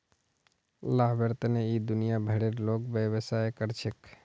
लाभेर तने इ दुनिया भरेर लोग व्यवसाय कर छेक